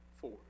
four